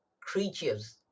creatures